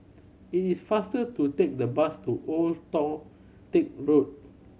it is faster to take the bus to Old Toh Tuck Road